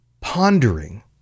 pondering